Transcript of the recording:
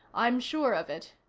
i'm sure of it.